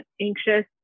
anxious